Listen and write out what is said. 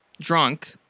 drunk